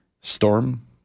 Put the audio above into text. Storm